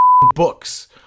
books